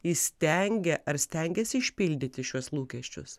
įstengia ar stengiasi išpildyti šiuos lūkesčius